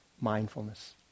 mindfulness